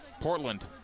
Portland